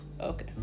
okay